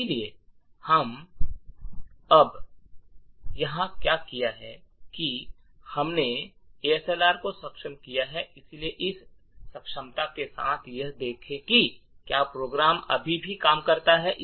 इसलिए अब हमने यहां क्या किया है क्या हमने एएसएलआर को सक्षम किया है इसलिए इस सक्षमता के साथ यह देखें कि क्या प्रोग्राम अभी भी काम करता है